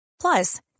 Plus